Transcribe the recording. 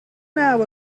naw